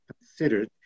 considered